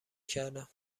کردم